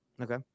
Okay